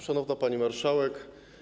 Szanowna Pani Marszałek!